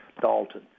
Dalton